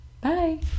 bye